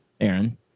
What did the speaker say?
Aaron